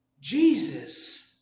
Jesus